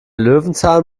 löwenzahn